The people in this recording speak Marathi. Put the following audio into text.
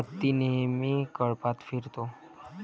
हत्ती नेहमी कळपात फिरतो